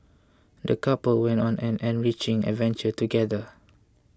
the couple went on an enriching adventure together